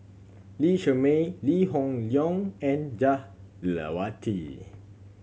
Lee Shermay Lee Hoon Leong and Jah Lelawati